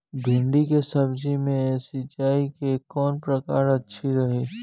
भिंडी के सब्जी मे सिचाई के कौन प्रकार अच्छा रही?